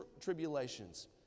tribulations